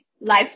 life